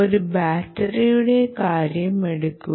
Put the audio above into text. ഒരു ബാറ്ററിയുടെ കാര്യം എടുക്കുക